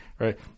Right